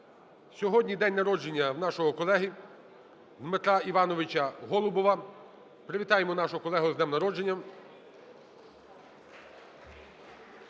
Сьогодні день народження нашого колеги Дмитра Івановича Голубова. Привітаємо нашого колегу з днем народження!